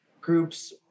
groups